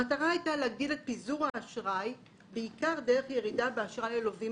המטרה הייתה להגדיל את פיזור האשראי - בעיקר דרך ירידה באשראי הלווים